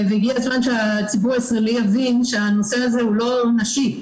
הגיע הזמן שהציבור הישראלי יבין שהנושא הזה הוא לא נשים,